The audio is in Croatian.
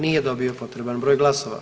Nije dobio potreban broj glasova.